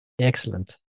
Excellent